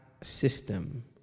system